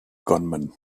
gunman